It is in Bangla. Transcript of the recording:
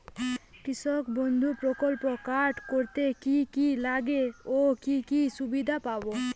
কৃষক বন্ধু প্রকল্প কার্ড করতে কি কি লাগবে ও কি সুবিধা পাব?